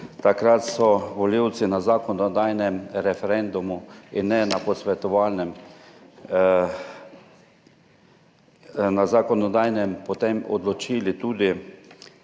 Takrat so volivci na zakonodajnem referendumu in ne na posvetovalnem na zakonodajnem potem odločili tudi,